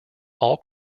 all